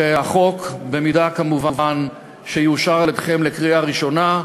שהחוק, כמובן, אם יאושר על-ידכם בקריאה ראשונה,